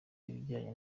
ibijyanye